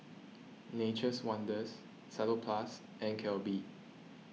Nature's Wonders Salonpas and Calbee